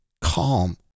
calm